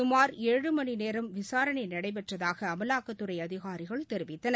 சுமார் ஏழு மணிநேரம் விசாரணைநடைபெற்றதாகஅமாவாக்கத்துறைஅதிகாரிகள் தெரிவித்தனர்